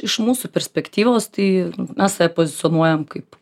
iš mūsų perspektyvos tai mes save pozicionuojam kaip